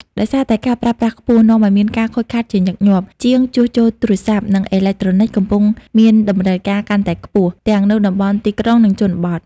ដោយសារតែការប្រើប្រាស់ខ្ពស់ នាំឲ្យមានការខូចខាតជាញឹកញាប់។ ជាងជួសជុលទូរស័ព្ទ និងអេឡិចត្រូនិចកំពុងមានតម្រូវការកាន់តែខ្ពស់ ទាំងនៅតំបន់ទីក្រុង និងជនបទ។